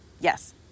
yes